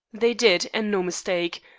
they did, and no mistake.